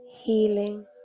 healing